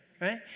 right